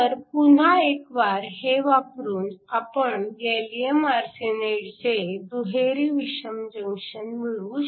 तर पुन्हा एकवार हे वापरून आपण गॅलीअम आर्सेनाइडचे दुहेरी विषम जंक्शन मिळवू